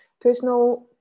Personal